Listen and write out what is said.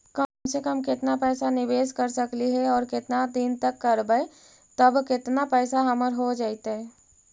कम से कम केतना पैसा निबेस कर सकली हे और केतना दिन तक करबै तब केतना पैसा हमर हो जइतै?